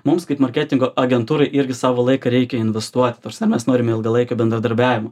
mums kaip marketingo agentūrai irgi savo laiką reikia investuot ta prasme mes norime ilgalaikio bendradarbiavimo